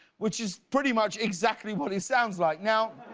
which is pretty much exactly what it sounds like. now,